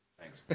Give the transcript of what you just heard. Thanks